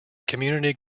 community